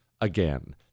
again